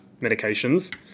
medications